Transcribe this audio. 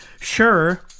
Sure